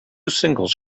singles